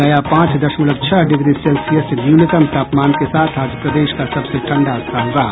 गया पांच दशमलव छह डिग्री सेल्सियस न्यूनतम तापमान के साथ आज प्रदेश का सबसे ठंडा स्थान रहा